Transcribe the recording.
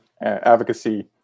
advocacy